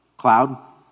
Cloud